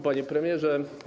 Panie Premierze!